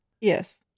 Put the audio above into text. Yes